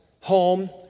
home